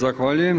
Zahvaljujem.